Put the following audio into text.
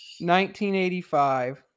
1985